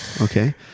Okay